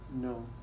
No